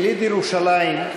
יליד ירושלים,